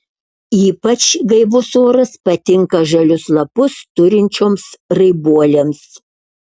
ypač gaivus oras patinka žalius lapus turinčioms raibuolėms